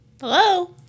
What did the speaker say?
Hello